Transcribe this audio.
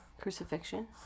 crucifixion